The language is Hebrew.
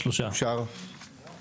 הצבעה